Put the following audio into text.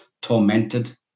tormented